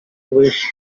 wish